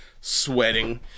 sweating